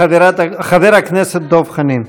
חבר הכנסת דב חנין.